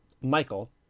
Michael